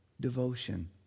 devotion